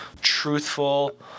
truthful